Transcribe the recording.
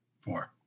four